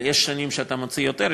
ויש שנים שאתה מוציא יותר,